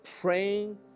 praying